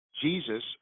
Jesus